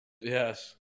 Yes